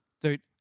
Dude